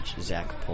Zach